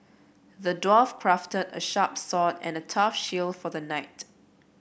the dwarf crafted a sharp sword and a tough shield for the knight